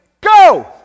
go